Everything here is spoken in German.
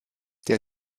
der